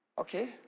Okay